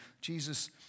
Jesus